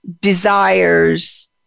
desires